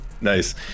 nice